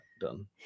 done